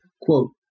quote